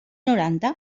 noranta